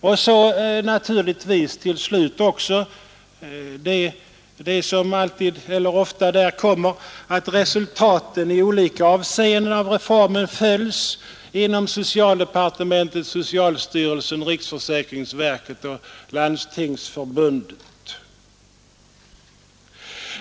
Till slut hänvisar man till, som så ofta, att socialministern i interpellationssvaret framhåller att ”resultaten i olika avseenden av reformen fortlöpande följs inom socialdepartementet, socialstyrelsen, riksförsäkringsverket och Landstingsförbundet”.